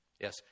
Yes